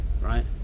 right